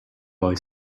boy